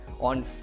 on